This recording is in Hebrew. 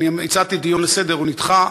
הצעתי דיון לסדר-היום והוא נדחה,